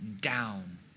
down